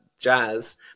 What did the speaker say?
jazz